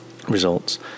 Results